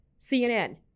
CNN